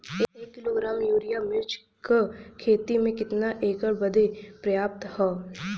एक kilogram urea मिर्च क खेती में कितना एकड़ बदे पर्याप्त ह?